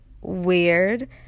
weird